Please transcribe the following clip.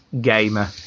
gamer